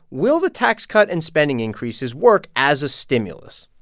will the tax cut and spending increases work as a stimulus?